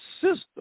system